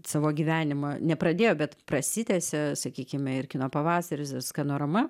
savo gyvenimą ne pradėjo bet prasitęsia sakykime ir kino pavasaris scanorama